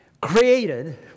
created